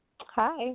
Hi